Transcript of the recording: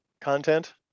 content